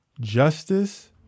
Justice